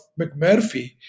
McMurphy